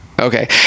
okay